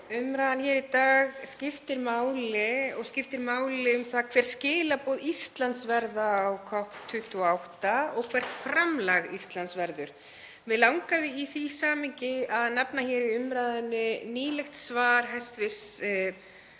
Umræðan hér í dag skiptir máli, hún skiptir máli um það hver skilaboð Íslands verða á COP28 og hvert framlag Íslands verður. Mig langaði í því samhengi að nefna hér í umræðunni nýlegt svar hæstv.